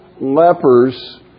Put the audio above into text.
lepers